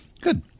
Good